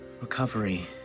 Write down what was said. Recovery